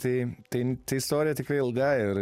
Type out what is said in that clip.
tai tai tai istorija tikrai ilga ir